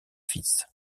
fils